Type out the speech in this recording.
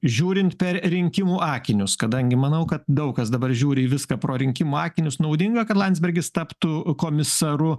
žiūrint per rinkimų akinius kadangi manau kad daug kas dabar žiūri į viską pro rinkimų akinius naudinga kad landsbergis taptų komisaru